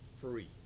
free